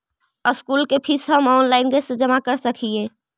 School के fees हम online कैसे जमा कर सक हिय?